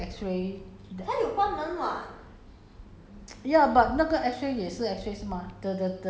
ya because they didn't ask 我 so I thought but then 你去 dentist 他也是 x ray then